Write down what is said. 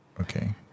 Okay